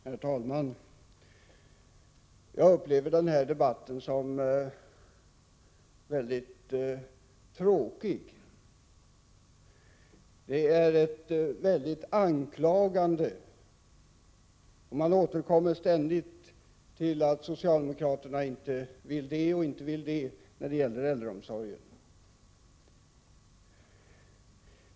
Herr talman! Jag upplever den här debatten som mycket tråkig. Här förekommer ett väldigt anklagande, och man återkommer ständigt till att socialdemokraterna inte vill vare sig det ena eller det andra beträffande äldreomsorgen.